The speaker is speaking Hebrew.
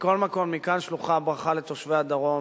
מכל מקום, מכאן שלוחה ברכה לתושבי הדרום.